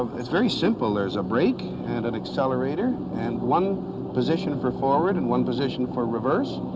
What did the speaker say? it's very simple. there's a brake and an accelerator, and one position for forward and one position for reverse,